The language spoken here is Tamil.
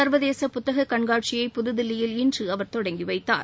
சர்வதேச புத்தக கண்காட்சியை புதுதில்லியில் இன்று அவர் தொடங்கி வைத்தார்